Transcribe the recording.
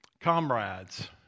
comrades